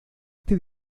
este